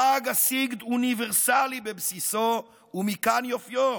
חג הסגד הוא אוניברסלי בבסיסו, ומכאן יופיו.